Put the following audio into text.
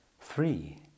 three